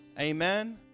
Amen